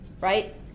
right